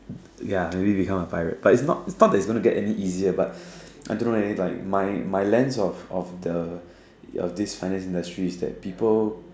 ya maybe become a pirate but but it's not not that it's going to get any easier but I don't know eh like my my lens of of the of this finance industry is that people